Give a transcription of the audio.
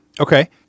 Okay